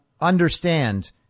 understand